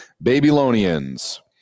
Babylonians